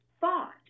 thought